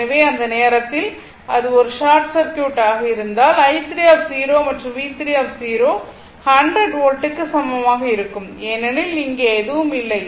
எனவே அந்த நேரத்தில் அது ஒரு ஷார்ட் சர்க்யூட் ஆக இருந்தால் i3 மற்றும் V3 100 வோல்ட்க்கு சமமாக இருக்கும் ஏனெனில் இங்கே எதுவும் இல்லை